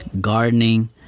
Gardening